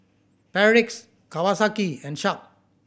Perdix Kawasaki and Sharp